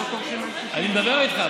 אני מדבר איתך.